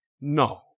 No